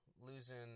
losing